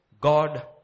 God